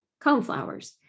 coneflowers